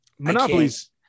Monopolies